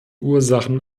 ursachen